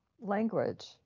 language